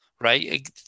right